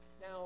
Now